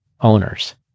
owners